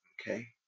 Okay